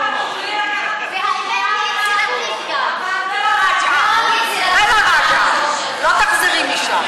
(אומרת בערבית: בלי לחזור.) לא תחזרי משם.